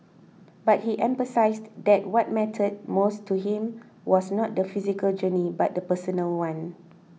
but he emphasised that what mattered most to him was not the physical journey but the personal one